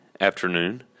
afternoon